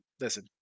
Listen